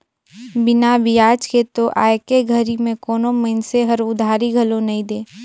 बिना बियाज के तो आयके घरी में कोनो मइनसे हर उधारी घलो नइ दे